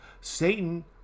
Satan